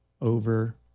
over